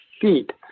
feet